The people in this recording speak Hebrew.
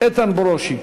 איתן ברושי.